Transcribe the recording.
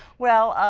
well,